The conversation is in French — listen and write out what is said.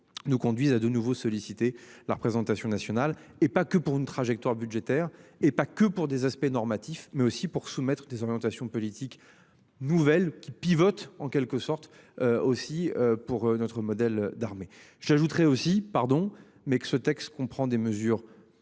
nous conduisent à de nouveau sollicité la représentation nationale, et pas que pour une trajectoire budgétaire et pas que pour des aspect normatif mais aussi pour soumettre des orientations politiques nouvelles qui pivote en quelque sorte. Aussi pour notre modèle d'armée. J'ajouterais aussi pardon mais que ce texte comprend des mesures